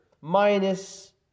minus